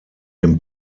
dem